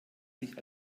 sich